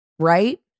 right